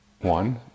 One